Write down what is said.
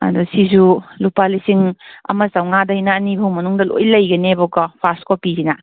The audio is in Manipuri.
ꯑꯗ ꯁꯤꯁꯨ ꯂꯨꯄꯥ ꯂꯤꯁꯤꯡ ꯑꯃ ꯆꯧꯉ꯭ꯋꯥꯗꯩꯅ ꯑꯅꯤꯐꯥꯎ ꯃꯅꯨꯡꯗ ꯂꯣꯏ ꯂꯩꯒꯅꯦꯕꯀꯣ ꯐꯥꯔꯁ ꯀꯣꯄꯤꯁꯤꯅ